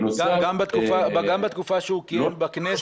גם בתקופה שהוא כיהן בכנסת?